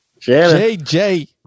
JJ